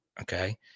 Okay